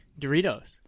Doritos